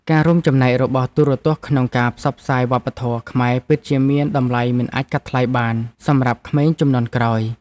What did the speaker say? ការរួមចំណែករបស់ទូរទស្សន៍ក្នុងការផ្សព្វផ្សាយវប្បធម៌ខ្មែរពិតជាមានតម្លៃមិនអាចកាត់ថ្លៃបានសម្រាប់ក្មេងជំនាន់ក្រោយ។